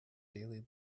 daily